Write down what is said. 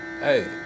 Hey